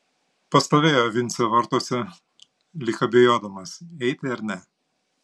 pastovėjo vincė vartuose lyg abejodamas eiti ar ne